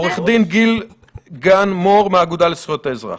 עו"ד גיל גן-מור מהאגודה לזכויות האזרח,